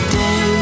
day